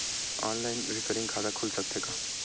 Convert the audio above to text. Online recurring खाता खुल सकथे का?